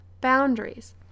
boundaries